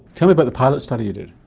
tell me about the pilot study you did.